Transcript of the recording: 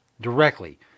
directly